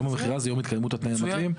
יום המכירה זה יום התקיימות התנאים המתלים.